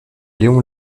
léon